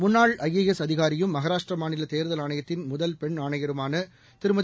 முன்னாள் ஐஏஎஸ் அதிகாரியும் மகாராஷ்ட்ரமாநிலதேர்தல் ஆணையத்தின் முதல் பெண் ஆணையருமானதிருமதி